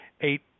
eight